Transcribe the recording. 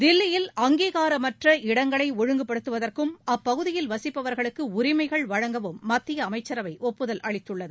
தில்லியில் அங்கீகாரமற்ற இடங்களைஒழுங்குப்படுத்துவதற்கும் அப்பகுதியில் வசிப்பவர்களுக்குஉரிமைகள் வழங்கவும் மத்தியஅமைச்சரவைஒப்புதல் அளித்துள்ளது